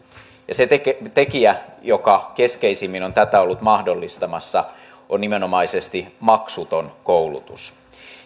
se tekijä joka keskeisimmin on tätä ollut mahdollistamassa on nimenomaisesti maksuton koulutus